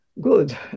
good